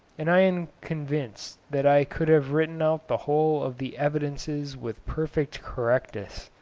and i am convinced that i could have written out the whole of the evidences with perfect correctness,